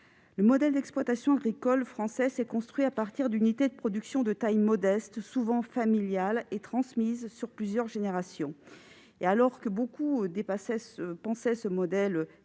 Le modèle d'exploitation agricole français s'est construit à partir d'unités de production de taille modeste, souvent familiales et transmises sur plusieurs générations. Alors que beaucoup jugeaient ce modèle